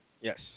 Yes